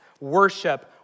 worship